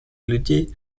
людей